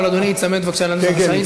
אבל אדוני ייצמד בבקשה לשאילתה.